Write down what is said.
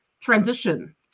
transition